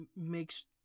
makes